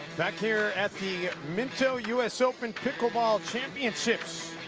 back here at the minto us open pickleball championships.